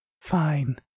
Fine